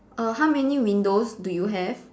err how many windows do you have